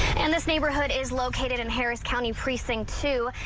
and this neighborhood is located in harris county precinct two.